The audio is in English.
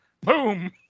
Boom